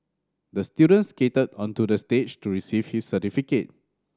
the student skated onto the stage to receive his certificate